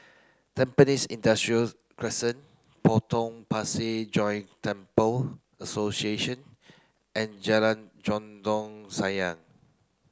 Tampines Industrial Crescent Potong Pasir Joint Temple Association and Jalan Dondang Sayang